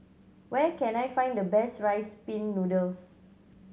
where can I find the best Rice Pin Noodles